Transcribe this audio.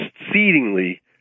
exceedingly